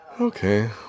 Okay